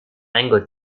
mango